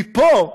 מפה,